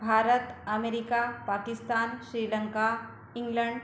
Bharat America Pakistan Sri Lanka England